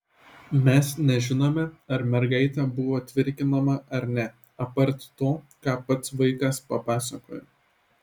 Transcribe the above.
mes nežinome ar mergaitė buvo tvirkinama ar ne apart to ką pats vaikas papasakojo